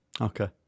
okay